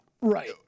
right